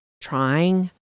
trying